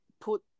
put